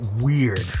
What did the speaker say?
weird